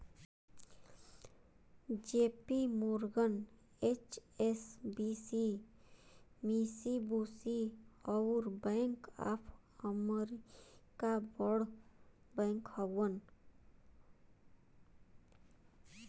JP Morgan, HSBC, Mitsubishi, अउर bank of America बड़ bank हउवन